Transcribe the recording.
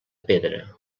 pedra